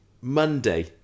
Monday